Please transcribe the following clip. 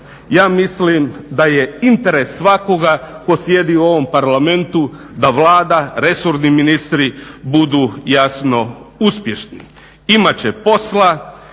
Ja mislim da je interes svakoga tko sjedi u ovom Parlamentu da Vlada, resorni ministri budu jasno uspješni. Imat će posla,